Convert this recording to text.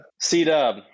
C-Dub